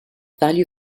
value